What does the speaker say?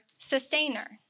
sustainer